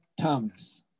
Thomas